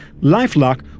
LifeLock